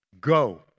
go